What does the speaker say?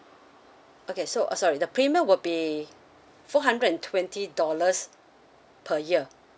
okay so uh sorry the premium will be four hundred and twenty dollars per year